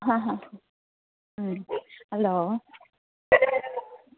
ꯎꯝ hello